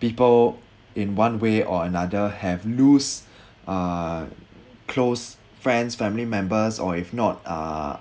people in one way or another have lose uh close friends family members or if not uh